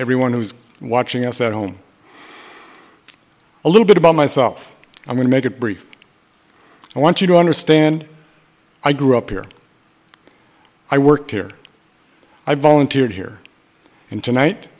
everyone who is watching us at home a little bit about myself i'm going to make it brief i want you to understand i grew up here i work here i volunteered here and tonight